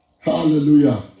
hallelujah